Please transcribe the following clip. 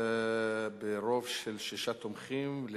ברוב של שישה תומכים,